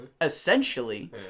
Essentially